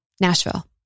Nashville